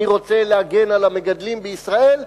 אני רוצה להגן על המגדלים בישראל.